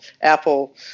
Apple